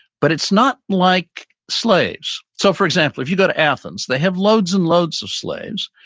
but it's not like slaves. so for example, if you've got to athens, they have loads and loads of slaves.